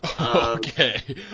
Okay